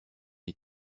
les